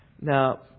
Now